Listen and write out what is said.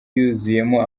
yuzuyemo